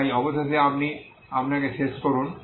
তাই অবশেষে আপনি আপনাকে শেষ করেন